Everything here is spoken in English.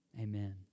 Amen